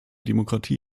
demokratie